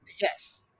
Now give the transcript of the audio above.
Yes